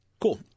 Cool